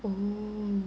oh